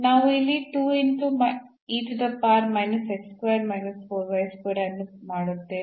ನಾವು ಇಲ್ಲಿ ಅನ್ನು ಮಾಡುತ್ತೇವೆ